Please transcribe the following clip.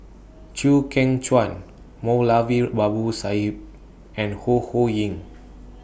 Chew Kheng Chuan Moulavi Sahib and Ho Ho Ying